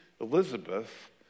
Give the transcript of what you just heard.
Elizabeth